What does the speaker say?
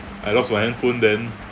I lost my handphone then